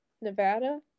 Nevada